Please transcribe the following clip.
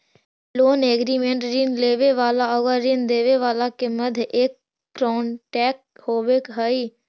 loan agreement ऋण लेवे वाला आउर ऋण देवे वाला के मध्य एक कॉन्ट्रैक्ट होवे हई